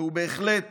והוא בהחלט